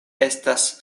estas